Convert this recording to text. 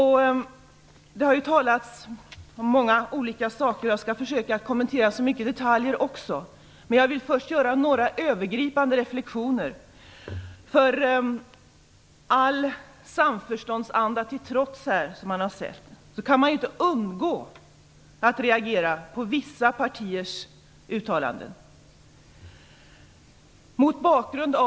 Det har talats om många olika saker. Jag skall också försöka kommentera så många detaljer som möjligt, men jag vill först göra några övergripande reflexioner. All samförståndsanda till trots kan man inte undgå att reagera på vissa partiers uttalanden.